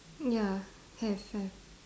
ya have have